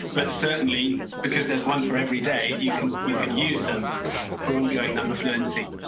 but certainly because there's one for every day. you can you can use them for ongoing number fluency.